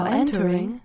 entering